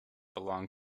belong